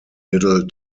little